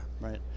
Right